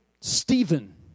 Stephen